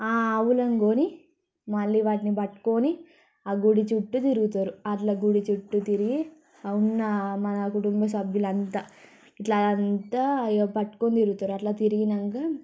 ఆ ఆవులను కొని మళ్ళీ వాటిని పట్టుకొని గుడి చుట్టూ తిరుగుతారు అట్లా గుడి చుట్టూ తిరిగి ఉన్నా మన కుటుంబ సభ్యులు అంతా ఇట్లా అంతా ఇక పట్టుకొని తిరుగుతారు అట్లా తిరిగాక